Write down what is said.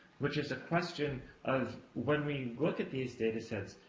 which is a question of when we look at these data sets,